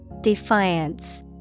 Defiance